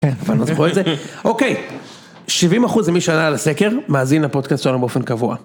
אוקיי, 70 אחוז זה מי שענה על הסקר, מאזין הפודקאסט שלנו באופן קבוע.